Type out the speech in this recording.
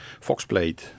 Foxblade